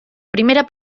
primera